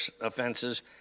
offenses